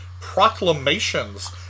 proclamations